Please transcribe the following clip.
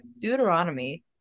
deuteronomy